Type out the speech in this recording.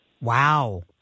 Wow